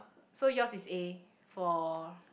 so yours is A for